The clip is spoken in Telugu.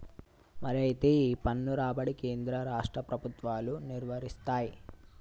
మరి అయితే ఈ పన్ను రాబడి కేంద్ర రాష్ట్ర ప్రభుత్వాలు నిర్వరిస్తాయి